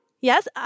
Yes